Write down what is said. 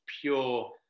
pure